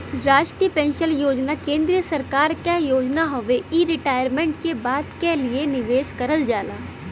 राष्ट्रीय पेंशन योजना केंद्रीय सरकार क योजना हउवे इ रिटायरमेंट के बाद क लिए निवेश करल जाला